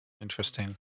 Interesting